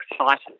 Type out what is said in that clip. excited